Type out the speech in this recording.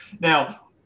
Now